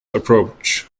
approach